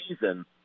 season